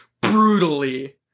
brutally